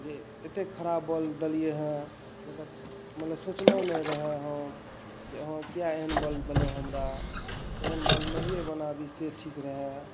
जे एतेक खराब बल्ब देलियै हँ जेकर मतलब सोचने नहि रही हम जे अहाँ किए एहन बल्ब देलहुँ हमरा एहन बल्ब नहिे बनाबी से ठीक रहय